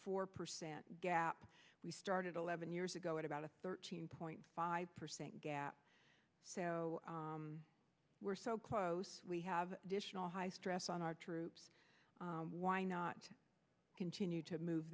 four percent gap we started eleven years ago at about a thirteen point five percent gap so we're so close we have additional high stress on our troops why not continue to move